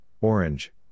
Orange